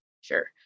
Sure